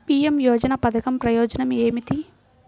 PM యోజన పధకం ప్రయోజనం ఏమితి?